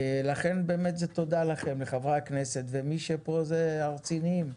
לכן באמת תודה לכם לחברי הכנסת ומי שפה זה הרציניים.